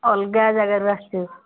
ଅଲଗା ଜାଗାରୁ ଆସିଛୁ